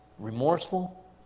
Remorseful